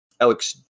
Alex